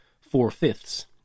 four-fifths